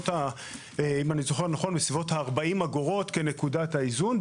אם אני זוכר נכון, יצא כ-40 נקודות כנקודת האיזון.